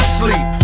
sleep